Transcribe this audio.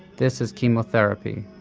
this is chemotherapy.